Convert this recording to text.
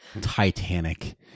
Titanic